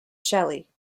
shelly